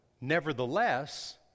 Nevertheless